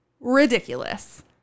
Ridiculous